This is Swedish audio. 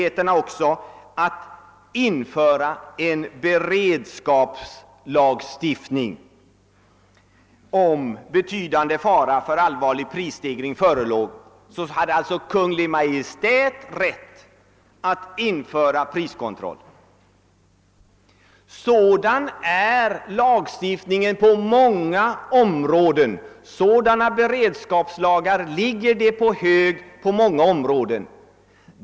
Detta innebar att Kungl. Maj:t, om betydande fara för allvarlig prisstegring skulle föreligga, har rätt att införa priskontroll. Sådana beredskapslagar finns på många andra områden.